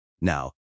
Now